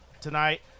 tonight